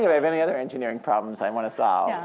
you know have any other engineering problems i want to solve.